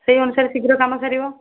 ସେଇ ଅନୁସାରେ ଶୀଘ୍ର କାମ ସାରିବ